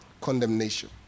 condemnation